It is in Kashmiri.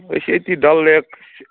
أسۍ ییٚتی ڈَل لیک